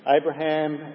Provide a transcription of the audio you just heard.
Abraham